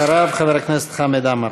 אחריו חבר הכנסת חמד עמאר.